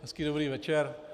Hezký, dobrý večer.